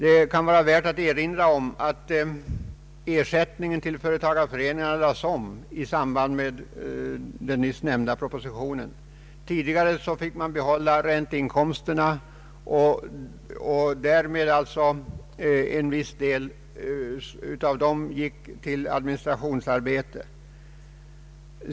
Det kan vara värt att erinra om att ersättningen till företagareföreningarna lades om i samband med den nyss nämnda propositionen. Tidigare fick föreningarna behålla ränteinkomsterna. Därmed gick alltså en viss del därav till administrationsarbete.